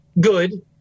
good